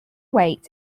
weight